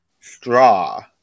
straw